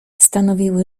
stanowiły